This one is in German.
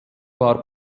war